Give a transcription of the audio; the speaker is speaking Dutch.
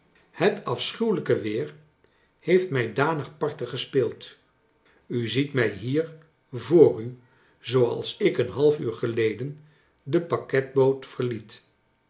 het afschuwelijke weer heeft mij danig part en gespeeld u ziet mij hier voor u zooals ik een half uur geleden de pakketboot verliet